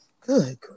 Good